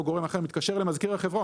או גורם אחר מתקשר למזכיר החברה,